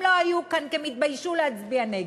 הם לא היו כאן כי הם התביישו להצביע נגד,